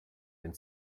den